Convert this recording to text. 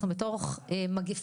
אנחנו בתוך מגיפה,